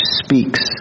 speaks